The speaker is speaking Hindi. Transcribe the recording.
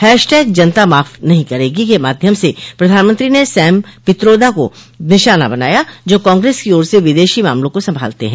हैशटैग जनता माफ नहीं करेगी के माध्यम से प्रधानमंत्री ने सैम पित्रोदा को निशाना बनाया जो कांग्रेस की ओर से विदेश मामलों को संभालते है